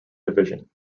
division